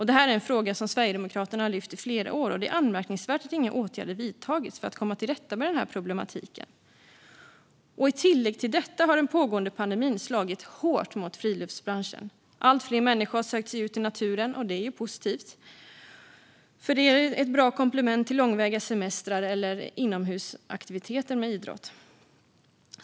Det här är en fråga som Sverigedemokraterna lyft i flera år, och det är anmärkningsvärt att inga åtgärder vidtagits för att komma till rätta med problematiken. I tillägg till detta har den pågående pandemin slagit hårt mot friluftsbranschen. Allt fler människor har sökt sig ut i naturen, vilket är positivt, eftersom det är ett bra komplement till långväga semestrar eller idrottsaktiviteter inomhus.